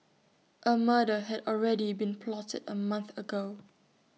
A murder had already been plotted A month ago